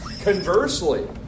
Conversely